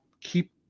keep